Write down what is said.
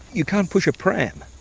you can't push a pram?